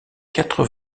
quatre